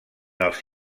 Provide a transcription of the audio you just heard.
els